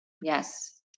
yes